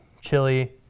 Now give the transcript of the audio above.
Chili